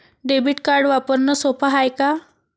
Debit card वापरणं सोप हाय का?